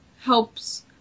helps